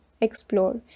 explore